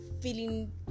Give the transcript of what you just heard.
feeling